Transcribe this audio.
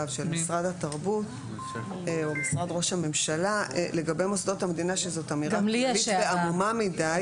של משרד התרבות או משרד ראש הממשלה לגבי מוסדות המדינה שזאת עמומה מידי.